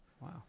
Wow